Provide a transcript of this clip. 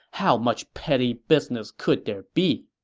how much petty business could there be?